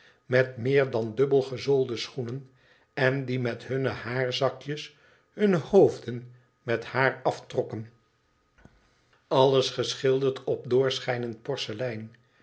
met meer dan dubbel gezoolde schoenen en die met hunne haarzakjes hunne hoofden met haar aftrokken alles geschilderd op doorschijnend porselein